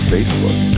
Facebook